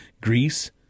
Greece